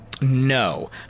No